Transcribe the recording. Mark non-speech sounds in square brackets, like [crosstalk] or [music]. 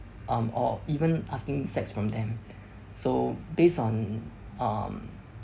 um or even asking sex from them [noise] so based on um